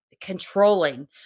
controlling